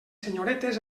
senyoretes